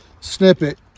snippet